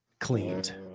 Cleaned